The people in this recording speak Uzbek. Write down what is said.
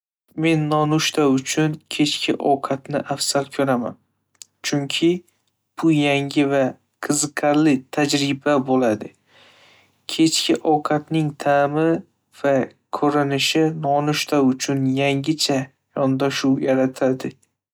Men nonushta uchun kechki ovqatni afzal ko'raman, chunki bu yangi va qiziqarli tajriba bo'ladi. Kechki ovqatning ta'mi va ko'rinishi nonushta uchun yangicha yondashuv yaratadi.